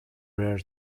rare